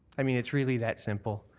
i mean, it's really that simple.